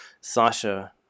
Sasha